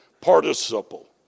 participle